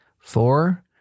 Four